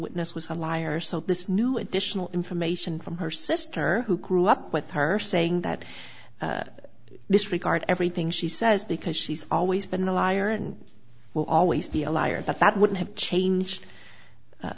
witness was a liar so this new additional information from her sister who grew up with her saying that disregard everything she says because she's always been a liar and will always be a liar but that wouldn't have changed